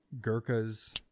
Gurkhas